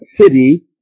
city